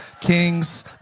Kings